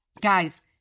Guys